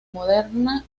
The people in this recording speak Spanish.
moderna